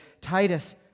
Titus